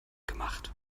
gemacht